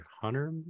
Hunter